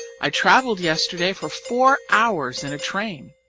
i travelled yesterday for four hours in a train.